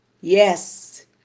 Yes